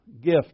gift